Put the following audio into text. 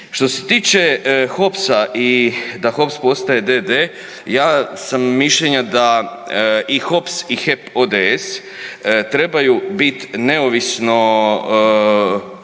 Što se tiče HOPS-a i da HOPS postaje d.d., ja sam mišljenja da i HOPS i HEP ODS trebaju bit neovisno,